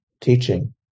teaching